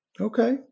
Okay